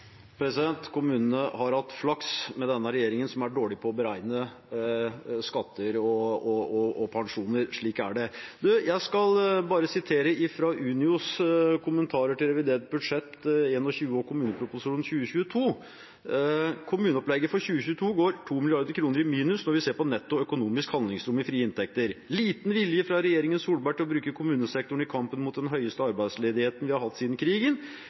Kommunene har hatt flaks med denne regjeringen, som er dårlig på å beregne skatter og pensjoner. Slik er det. Jeg skal bare sitere fra Unios kommentarer til revidert budsjett for 2021 og kommuneproposisjonen for 2022: «Kommuneopplegget for 2022 går 2 mrd. kroner i minus når vi ser på netto økonomisk handlingsrom i frie inntekter. Liten vilje fra regjeringen Solberg til å bruke kommunesektoren i kampen mot den høyeste arbeidsledigheten vi har hatt siden krigen